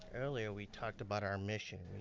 earlier we talked about our mission.